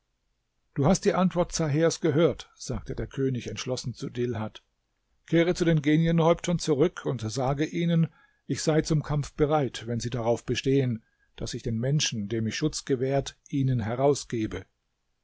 du hast die antwort zahers gehört sagte der könig entschlossen zu dilhat kehre zu den genienhäuptern zurück und sage ihnen ich sei zum kampf bereit wenn sie darauf bestehen daß ich den menschen dem ich schutz gewährt ihnen herausgebe